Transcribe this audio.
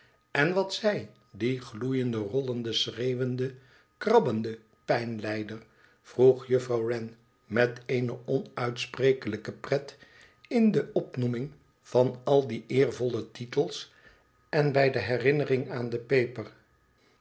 n wat zei die gloeiende rollende schreeuwende krabbende pijnlijder vroeg juffrouw wren met eene onuitsprekelijke pret in de opnoeming van al die eervolle titels en bij de herinnering aan de peper